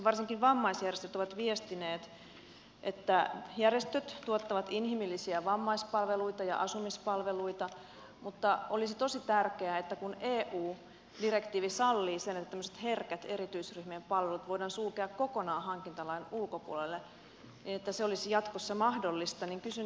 varsinkin vammaisjärjestöt ovat viestineet että järjestöt tuottavat inhimillisiä vammaispalveluita ja asumispalveluita mutta olisi tosi tärkeää että kun eu direktiivi sallii sen että tämmöiset herkät erityisryhmien palvelut voidaan sulkea kokonaan hankintalain ulkopuolelle niin se olisi jatkossa mahdollista ja kysyn ministeriltä